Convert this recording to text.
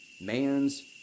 man's